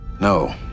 No